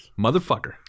Motherfucker